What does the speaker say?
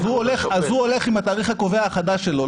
הוא הולך עם התאריך הקובע החדש שלו,